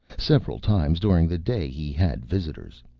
several times during the day he had visitors.